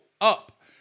up